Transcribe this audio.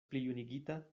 plijunigita